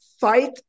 fight